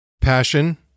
Passion